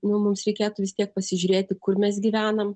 nu mums reikėtų vis tiek pasižiūrėti kur mes gyvenam